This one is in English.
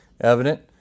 evident